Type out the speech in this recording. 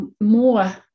more